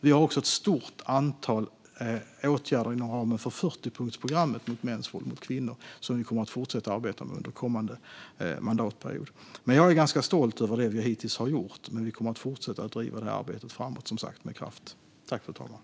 Vi har också ett stort antal åtgärder inom ramen för 40-punktsprogrammet mot mäns våld mot kvinnor som vi kommer att fortsätta arbeta med under kommande mandatperiod. Jag är ganska stolt över det som vi hittills har gjort, men vi kommer som sagt att med kraft fortsätta att driva detta arbete framåt.